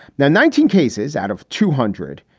now nineteen cases out of two hundred.